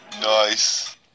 Nice